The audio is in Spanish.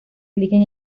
eligen